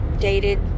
dated